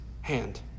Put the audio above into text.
hand